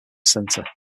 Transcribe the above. center